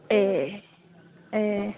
ए ए